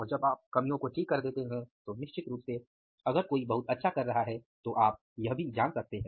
और जब आप कमियों को ठीक कर देते हैं तो निश्चित रूप से अगर कोई बहुत अच्छा कर रहा है तो आप यह भी जान सकते हैं